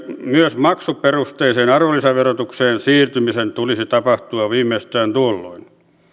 myös maksuperusteiseen arvonlisäverotukseen siirtymisen tulisi tapahtua viimeistään tuolloin